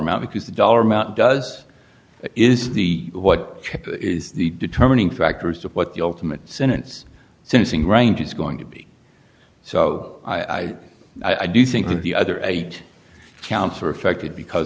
amount because the dollar amount does is the what is the determining factor as to what the ultimate sentence syncing range is going to be so i i i do think that the other eight counts are affected because